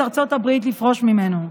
והבאנו את ארצות הברית לפרוש ממנו.